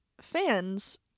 fans